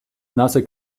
nasse